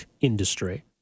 industry